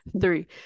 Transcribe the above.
three